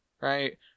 right